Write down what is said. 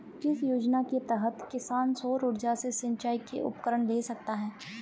किस योजना के तहत किसान सौर ऊर्जा से सिंचाई के उपकरण ले सकता है?